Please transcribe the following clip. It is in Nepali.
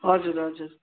हजुर हजुर